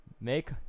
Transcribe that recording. Make